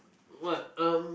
what um